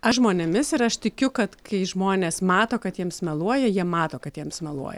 aš žmonėmis ir aš tikiu kad kai žmonės mato kad jiems meluoja jie mato kad jiems meluoja